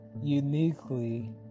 uniquely